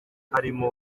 harimo